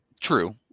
True